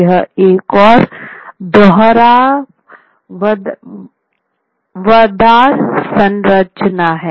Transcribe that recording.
यह एक और दोहरावदार संरचना है